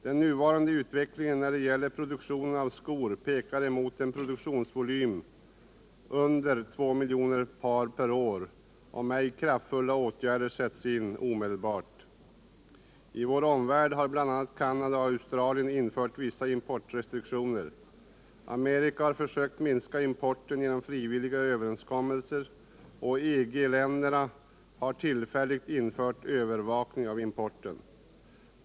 Den nuvarande utvecklingen när det gäller produktionen av skor pekar mot en produktionsvolym under två miljoner par per år, om ej kraftfulla åtgärder sätts in omedelbart. I vår omvärld har bl.a. Canada och Australien infört vissa importrestriktioner. Amerika har försökt begränsa importen genom frivilliga överenskommelser. och EG-länderna har tillfälligt infört övervakning av importen.